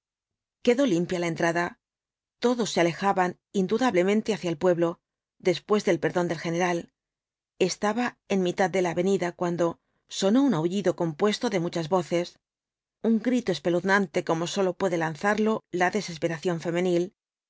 quedó limpia la entrada todos se alejaban indudablemente hacia el pueblo después del perdón del general estaba en mitad déla avenida cuando sonó un aullido compuesto de muchas voces un grito espeluznante como sólo puede lanzarlo la desesperación femenil